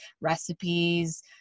recipes